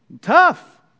Tough